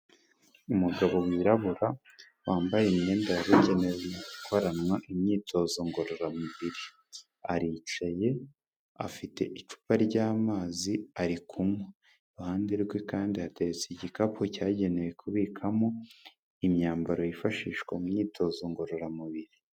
Umugabo wirabura wambaye imyenda yabugenewe mu gukoranwa imyitozo ngororamubiri. Aricaye afite icupa ry'amazi ari kunywa. Iruhande rwe kandi hateretse igikapu cyagenewe kubikamo imyambaro yifashishwa mu myitozo ngororamubiri.